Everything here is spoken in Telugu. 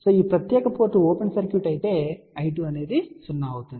ఈ ప్రత్యేక పోర్ట్ ఓపెన్ సర్క్యూట్ అయితే I2 0 అవుతుంది